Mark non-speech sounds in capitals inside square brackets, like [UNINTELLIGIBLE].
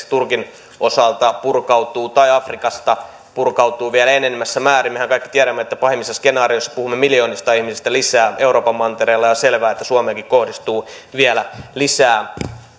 [UNINTELLIGIBLE] turkin osalta purkautuu tai afrikasta purkautuu vielä enenevässä määrin mehän kaikki tiedämme että pahimmissa skenaarioissa puhumme miljoonista ihmisistä lisää euroopan mantereella ja on selvää että suomeenkin kohdistuu vielä lisää